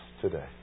today